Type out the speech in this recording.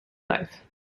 life